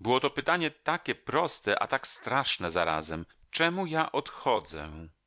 było to pytanie takie proste a tak straszne zarazem czemu ja odchodzę